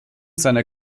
seiner